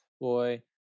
boy